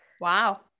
Wow